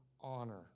honor